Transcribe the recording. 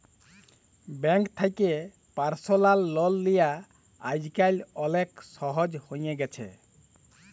bank থ্যাকে personal loan লিয়া আইজকাল অলেক সহজ হ্যঁয়ে গেছে